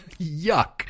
Yuck